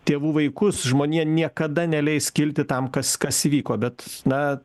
tėvų vaikus žmonija niekada neleis kilti tam kas kas įvyko bet na